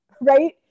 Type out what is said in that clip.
right